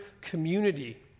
community